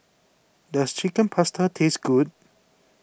does Chicken Pasta taste good